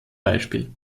beispiel